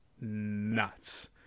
nuts